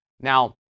Now